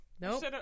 Nope